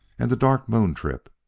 and the dark moon trip!